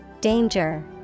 Danger